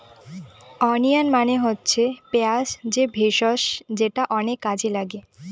onion মানে হচ্ছে পেঁয়াজ যে ভেষজ যেটা অনেক কাজে লাগে